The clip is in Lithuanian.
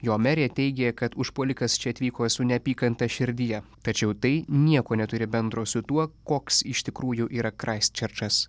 jo merė teigė kad užpuolikas čia atvyko su neapykanta širdyje tačiau tai nieko neturi bendro su tuo koks iš tikrųjų yra kraisčerčas